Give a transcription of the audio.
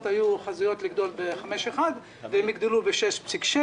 היו חזויות לגדול ב-5.1% והן יגדלו ב-6.6%.